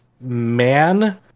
man